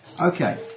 Okay